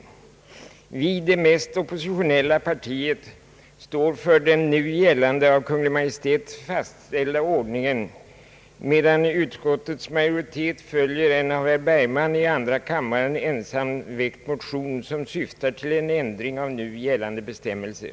Vi som representerar det mest oppositionella partiet stöder den nu gällande av Kungl. Maj:t fastställda ordningen, medan utskottets majoritet följer en av herr Bergman i andra kammaren ensam väckt motion som syftar till ändring av nu gällande bestämmelser.